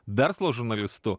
verslo žurnalistu